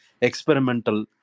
experimental